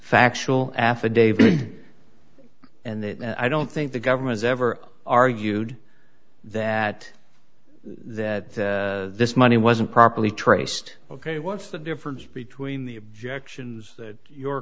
factual affidavit and i don't think the government ever argued that that this money wasn't properly traced ok what's the difference between the objections that your